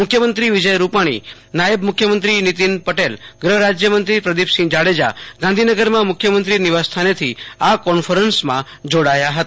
મુખ્યમંત્રી વિજય રૂપાણી નાયબ મુખ્યમંત્રી નિતિન પટેલ ગહ રાજયમંત્રી પ્રદિપસિંહ જાડેજા ગાધીનગરમાં મુખ્યમંત્રો નિવાસ સ્થાનેથી આ કોન્ફરન્સમાં જોડાયા હતા